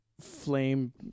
flame